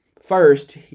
first